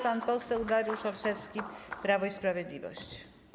Pan poseł Dariusz Olszewski, Prawo i Sprawiedliwość.